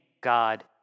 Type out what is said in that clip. God